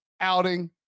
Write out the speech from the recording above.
outing